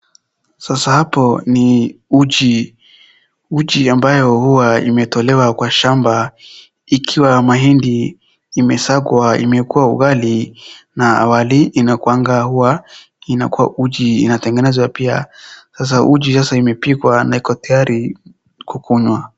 Sasa hapo ni uji ambayo imetolewa kwa shamba ikiwa na mahindi imesangwa imekuwa ugali na wali inakuanga huwa inakuwa uji .Inatengenezwa pia sasa uji imepikwa na iko tayari kukunywa.